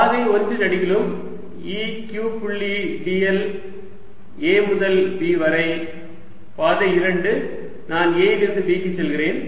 பாதை 1 நெடுகிலும் E q புள்ளி dl A முதல் B வரை பாதை 2 நான் A லிருந்து B க்கு செல்கிறேன்